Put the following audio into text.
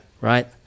Right